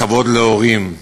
כבוד להורים,